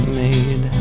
made